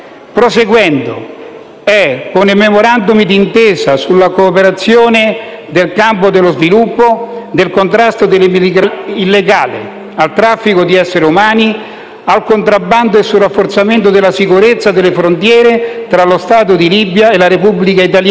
Proseguendo, è con il Memorandum d'intesa sulla cooperazione nel campo dello sviluppo, del contrasto all'immigrazione illegale, al traffico di esseri umani, al contrabbando e sul rafforzamento della sicurezza delle frontiere tra lo Stato di Libia e la Repubblica italiana,